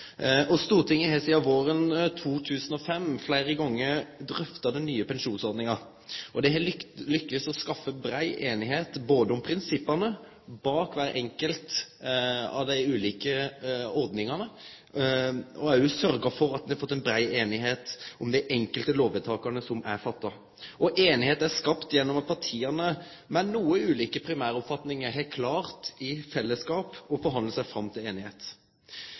arbeidsinnsats. Stortinget har sidan våren 2005 fleire gonger drøfta den nye pensjonsordninga, og det har lykkast både å skaffe brei einigheit om prinsippa bak kvar enkelt av dei ulike ordningane og å sørgje for at ein har fått ei brei einigheit om dei enkelte lovvedtaka som er gjorde. Einigheit er skapt gjennom at partia, med noko ulike primæroppfatningar, i fellesskap har klart å forhandle seg fram til einigheit.